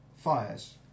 fires